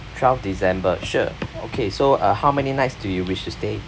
twelve december sure okay so uh how many nights do you wish to stay